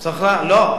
זה ברור, לא.